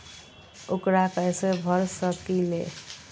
ऊकरा कैसे भर सकीले?